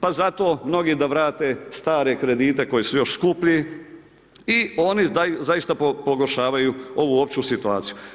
Pa zato mnogi da vrate stare kredite koji su još skuplji i oni zaista pogoršavaju ovu opću situaciju.